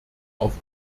auf